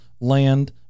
land